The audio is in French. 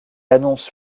annonce